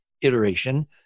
iteration